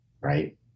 right